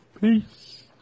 Peace